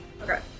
Okay